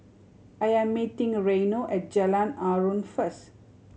I am meeting Reino at Jalan Aruan first